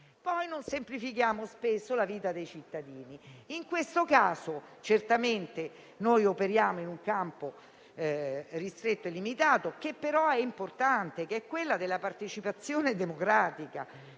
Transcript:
non semplifichiamo la vita dei cittadini. In questo caso, certamente operiamo in un campo ristretto e limitato, che però è importante, ossia quello della partecipazione democratica